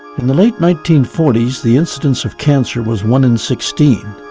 in the late nineteen forty s, the incidence of cancer was one in sixteen.